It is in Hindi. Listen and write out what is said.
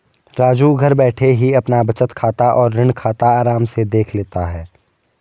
राजू घर बैठे ही अपना बचत खाता और ऋण खाता आराम से देख लेता है